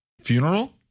funeral